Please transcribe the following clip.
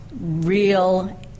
real